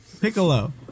Piccolo